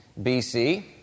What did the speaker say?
BC